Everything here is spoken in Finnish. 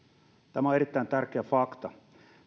tämä on erittäin tärkeä fakta